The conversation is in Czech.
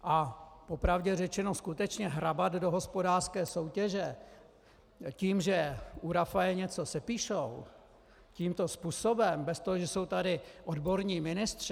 A po pravdě řečeno, skutečně hrabat do hospodářské soutěže tím, že u Rafaje něco sepíšou tímto způsobem, bez toho, že jsou tady odborní ministři...